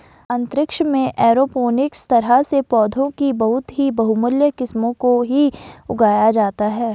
अंतरिक्ष में एरोपोनिक्स तरह से पौधों की बहुत ही बहुमूल्य किस्मों को ही उगाया जाता है